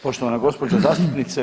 Poštovana gospođo zastupnice.